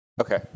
Okay